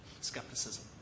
skepticism